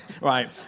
Right